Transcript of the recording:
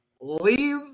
leave